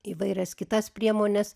įvairias kitas priemones